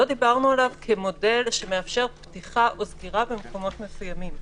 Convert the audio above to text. כמודל שמאפשר פתיחה או סגירה במקומות מסוימים.